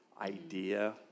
idea